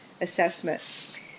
assessment